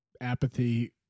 apathy